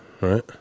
right